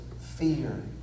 fear